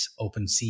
OpenSea